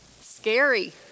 scary